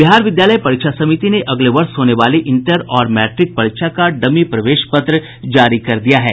बिहार विद्यालय परीक्षा समिति ने अगले वर्ष होने वाली इंटर और मैट्रिक परीक्षा का डमी प्रवेश पत्र जारी कर दिया है